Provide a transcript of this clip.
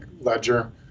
ledger